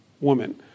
woman